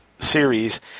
series